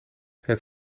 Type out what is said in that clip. het